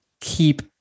keep